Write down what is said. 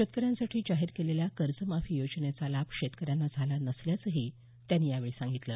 शेतकऱ्यांसाठी जाहीर केलेल्या कर्ज माफी योजनेचा लाभ शेतकऱ्यांना झाला नसल्याचंही त्यांनी यावेळी सांगितलं